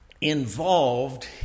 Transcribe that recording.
involved